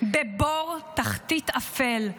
בבור תחתית אפל.